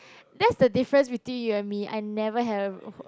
that's the difference between you and me I never have a